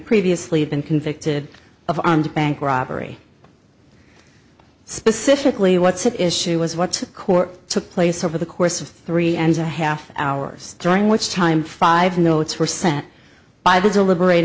previously been convicted of armed bank robbery specifically what's at issue was what court took place over the course of three and a half hours during which time five notes were sent by the deliberat